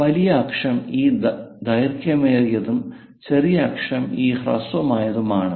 വലിയ അക്ഷം ഈ ദൈർഘ്യമേറിയതും ചെറിയ അക്ഷം ഈ ഹ്രസ്വമായതുമാണ്